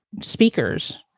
speakers